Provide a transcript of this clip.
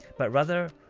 but rather,